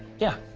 yeah,